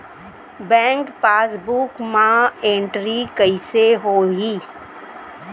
Bank passbook मा entry कइसे होही?